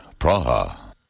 Praha